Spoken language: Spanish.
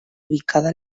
ubicada